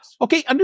Okay